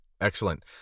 excellent